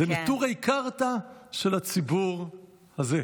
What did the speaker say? הם נטורי קרתא של הציבור הזה.